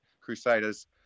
Crusaders